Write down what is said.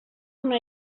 una